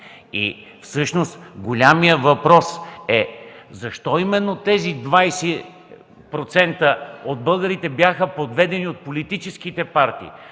Големият въпрос е защо именно тези 20% от българите бяха подведени от политическите партии?